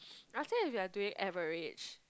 I think if you are doing average